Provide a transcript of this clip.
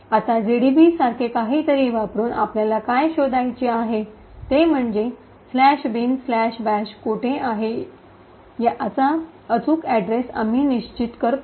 आता जीडीबी सारखे काहीतरी वापरुन आपल्याला काय शोधायचे आहे ते म्हणजे " bin bash" कोठे आहे याचा अचूक अड्रेस आम्ही निश्चित करतो